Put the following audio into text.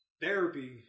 therapy